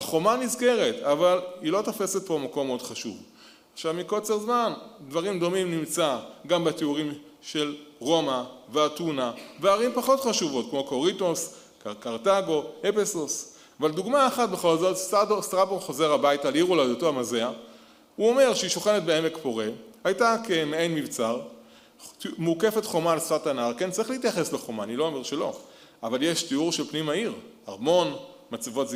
חומה נזכרת, אבל היא לא תופסת פה מקום מאוד חשוב, עכשיו, מקוצר זמן, דברים דומים נמצא גם בתיאורים של רומא ואתונה וערים פחות חשובות, כמו קוריטוס, קרטגו, אפסוס. אבל דוגמה אחת בכל זאת, סטראפו חוזר הביתה לעיר הולדותו אמזאה, הוא אומר שהיא שוכנת בעמק פורה, הייתה כמעין מבצר, מוקפת חומה על שפת הנהר, כן, צריך להתייחס לחומה, אני לא אומר שלא, אבל יש תיאור של פנים העיר, ארמון מצבות זי...